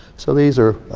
so these are